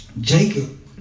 Jacob